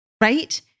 right